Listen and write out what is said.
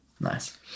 Nice